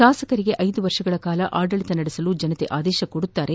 ತಾಸಕರಿಗೆ ಐದು ವರ್ಷಗಳ ಕಾಲ ಆಡಳಿತ ನಡೆಸಲು ಜನ ಆದೇಶ ಕೊಡುತ್ತಾರೆ